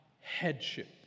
Headship